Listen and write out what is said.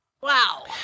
Wow